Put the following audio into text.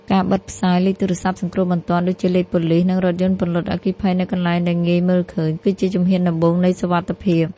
ការបិទផ្សាយ លេខទូរស័ព្ទសង្គ្រោះបន្ទាន់ ដូចជាលេខប៉ូលីស និងរថយន្តពន្លត់អគ្គិភ័យ នៅកន្លែងដែលងាយមើលឃើញ គឺជាជំហានដំបូងនៃសុវត្ថិភាព។